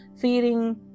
feeding